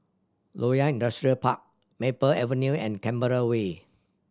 Loyang Industrial Park Maple Avenue and Canberra Way